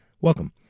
welcome